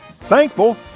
Thankful